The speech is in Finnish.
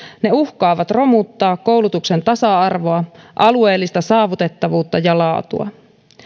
ne uhkaavat romuttaa koulutuksen tasa arvoa alueellista saavutettavuutta ja laatua